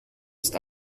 ist